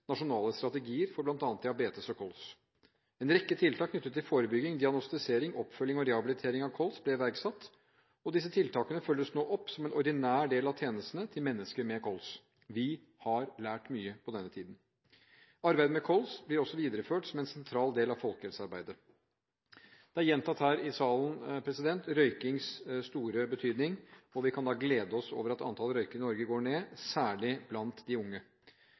nasjonale strategier for bl.a. diabetes og kols. En rekke tiltak knyttet til forebygging, diagnostisering, oppfølging og rehabilitering av kols ble iverksatt. Disse tiltakene følges nå opp som en ordinær del av tjenestene til mennesker med kols. Vi har lært mye på denne tiden. Arbeidet med kols blir også videreført som en sentral del av folkehelsearbeidet. Røykingens store betydning er gjentatt her i salen, og vi kan glede oss over at antallet røykere i Norge går ned, særlig blant de unge.